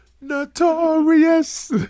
Notorious